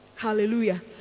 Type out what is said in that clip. Hallelujah